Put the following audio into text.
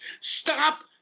Stop